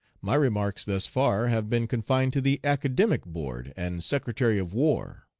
my remarks thus far have been confined to the academic board and secretary of war.